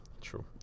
true